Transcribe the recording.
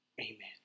Amen